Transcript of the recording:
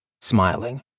smiling